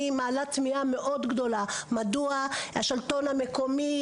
אני מעלה תמיהה מאוד גדולה: מדוע השלטון המקומי,